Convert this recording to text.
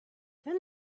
then